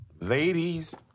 ladies